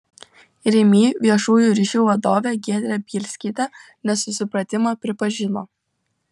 rimi viešųjų ryšių vadovė giedrė bielskytė nesusipratimą pripažino